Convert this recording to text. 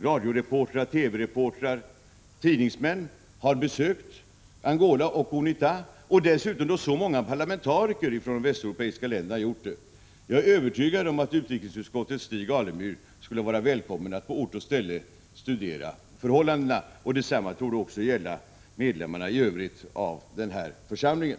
radiooch TV-reportrar och tidningsmän, har besökt Angola och UNITA, liksom även många parlamentariker från västeuropeiska länder. Jag är övertygad om att utrikesutskottets Stig Alemyr skulle vara välkommen att på ort och ställe studera förhållandena, och detsamma torde gälla medlemmarna i övrigt i denna församling.